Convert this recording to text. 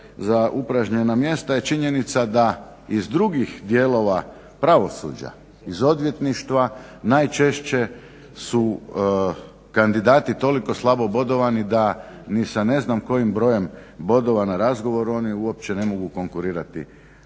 za upražnjena mjesta je činjenica da iz drugih dijelova pravosuđa, iz odvjetništva najčešće su kandidati toliko slabo bodovani da ni sa ne znam kojim brojem bodova na razgovoru oni uopće ne mogu konkurirati